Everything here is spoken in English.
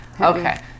Okay